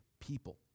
people